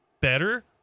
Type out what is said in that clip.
better